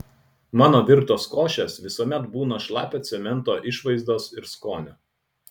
mano virtos košės visuomet būna šlapio cemento išvaizdos ir skonio